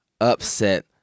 upset